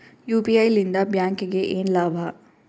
UPI ಲಿಂದ ಬ್ಯಾಂಕ್ಗೆ ಏನ್ ಲಾಭ?